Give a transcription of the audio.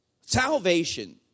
salvation